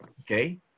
Okay